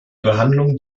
behandlung